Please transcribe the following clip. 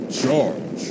charge